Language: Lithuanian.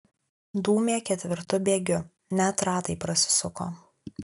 dūmė ketvirtu bėgiu net ratai prasisuko